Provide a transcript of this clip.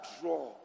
draw